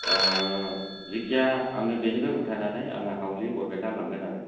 जायखिजाया आङो बेनिफ्राय उथायनानै आङो हावलि बरपेटा लांगोन आरो